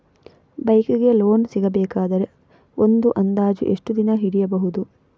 Bike ಗೆ loan ಸಿಗಬೇಕಾದರೆ ಒಂದು ಅಂದಾಜು ಎಷ್ಟು ದಿನ ಹಿಡಿಯಬಹುದು?